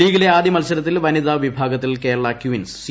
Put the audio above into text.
ലീഗിലെ ആദ്യ മത്സരത്തിൽ വനിതാവിഭാഗത്തിൽ കേരള ക്വീൻസ് സി